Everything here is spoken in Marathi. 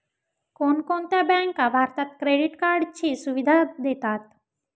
कोणकोणत्या बँका भारतात क्रेडिट कार्डची सुविधा देतात?